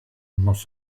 nos